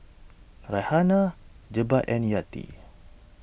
Raihana Jebat and Yati